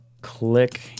Click